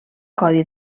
codi